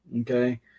Okay